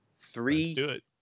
Three